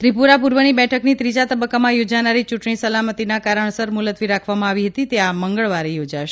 ત્રિપુરા પુર્વની બેઠકની ત્રીજા તબક્કામાં યોજાનારી ચૂંટણી સલામતીના કારણસર મુલતવી રાખવામાં આવી હતી તે આ મંગળવારે યોજાશે